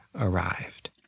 arrived